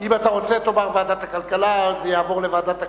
אם אתה רוצה, תאמר ועדת הכלכלה,